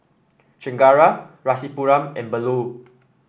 Chengara Rasipuram and Bellur